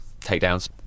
takedowns